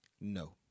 No